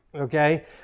okay